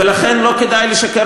ולכן, לא כדאי לשקר